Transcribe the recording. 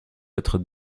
être